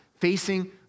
facing